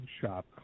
shop